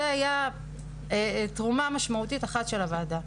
זו הייתה תרומה משמעותית אחת של הוועדה.